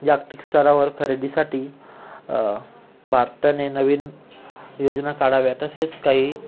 जागतिक स्तरावर खरेदीसाठी भारताने नवीन योजना काढव्यात तसेच काही